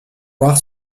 voir